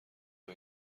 بین